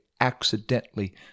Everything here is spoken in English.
accidentally